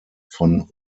von